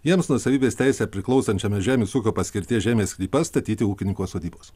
jiems nuosavybės teise priklausančiame žemės ūkio paskirties žemės sklypą statyti ūkininko sodybos